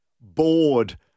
bored